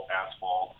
asphalt